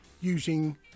using